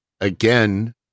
Again